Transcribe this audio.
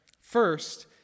First